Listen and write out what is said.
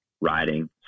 riding